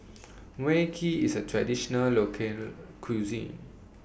Mui Kee IS A Traditional Local Cuisine